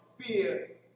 Fear